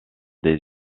des